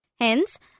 Hence